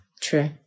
true